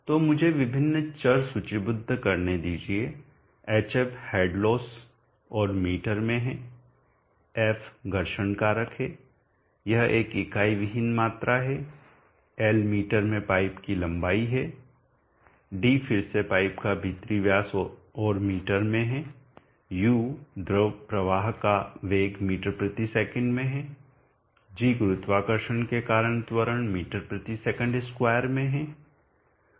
तो मुझे विभिन्न चर सूचीबद्ध करने दीजिए hf हेड लोस और मीटर में है f घर्षण कारक है यह एक इकाई विहीन मात्रा है L मीटर में पाइप की लंबाई है d फिर से पाइप का भीतरी व्यास और मीटर में है u द्रव प्रवाह का वेग ms में है g गुरुत्वाकर्षण के कारण त्वरण ms2 में है